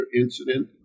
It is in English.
incident